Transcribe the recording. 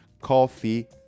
coffee